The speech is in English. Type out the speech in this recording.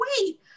wait